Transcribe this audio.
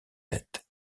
tête